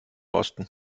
osten